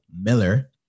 Miller